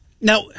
now